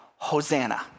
Hosanna